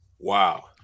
Wow